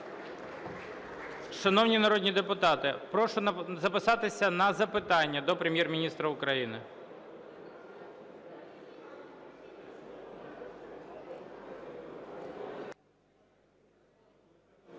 Шановні народні депутати, прошу записатися на запитання до Прем'єр-міністра України.